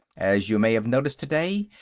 as you may have noticed, today,